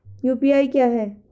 UPI क्या है?